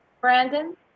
Brandon